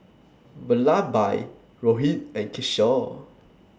Vallabhbhai Rohit and Kishore